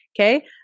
Okay